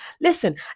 Listen